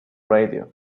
radio